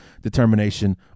determination